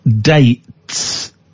dates